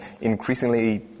increasingly